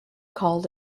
called